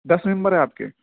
دس member ہیں آپ کے